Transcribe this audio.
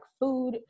food